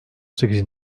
sekiz